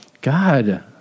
God